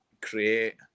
create